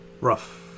Rough